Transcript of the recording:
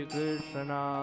Krishna